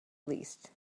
least